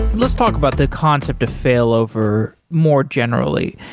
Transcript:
let's talk about the concept of failover more generally.